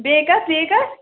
بیٚیہِ کَتھ بیٚیہِ کَتھ